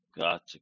Gotcha